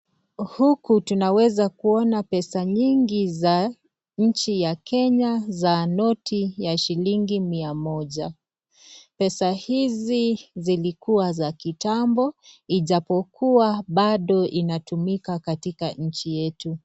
Huku tunaweza kuona pesa nyingi za nchi ya Kenya za noti ya shillingi mia moja. Pesa hizi zilikuwa za kitambo ijapokuwa bado inatumika katika nchi yetu.